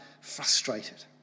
frustrated